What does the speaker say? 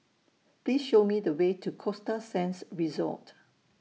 Please Show Me The Way to Costa Sands Resort